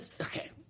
Okay